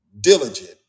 Diligent